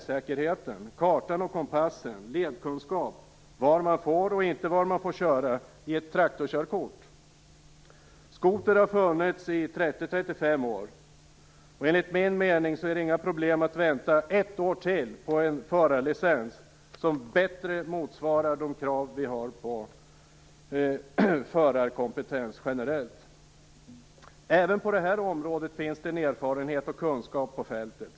Skotern har funnits i 30-35 år. Enligt min mening är det inga problem att vänta ett år till på en förarlicens som bättre motsvarar de krav vi har på förarkompetens generellt. Även på detta område finns det en erfarenhet och kunskap på fältet.